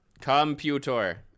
Computer